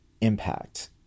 impact